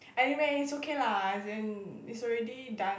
anyway it's okay lah as in it's already done